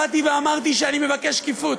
באתי ואמרתי שאני מבקש שקיפות.